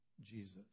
Jesus